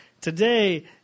Today